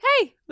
hey